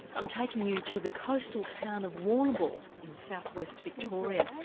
i'm taking you to the coastal town of warrnambool in southwest victoria,